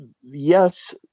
yes